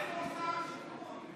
איפה שר השיכון?